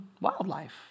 wildlife